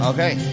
Okay